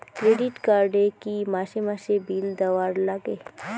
Credit card এ কি মাসে মাসে বিল দেওয়ার লাগে?